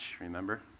remember